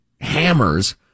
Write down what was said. hammers